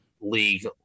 league